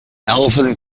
alvin